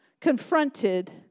confronted